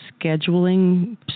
scheduling